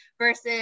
versus